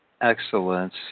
Excellence